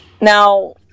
now